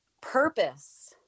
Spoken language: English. Purpose